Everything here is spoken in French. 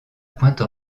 pointe